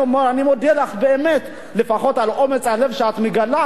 אני מודה לך באמת לפחות על אומץ הלב שאת מגלה.